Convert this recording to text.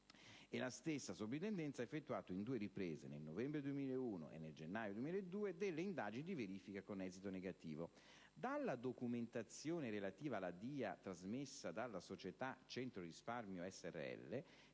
la stessa Soprintendenza ha effettuato in due riprese - novembre 2001 e gennaio 2002 - delle indagini di verifica con esito negativo. Dalla documentazione relativa alla DIA trasmessa dalla società Centro risparmio si